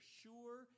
sure